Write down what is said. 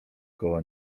koło